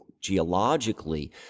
geologically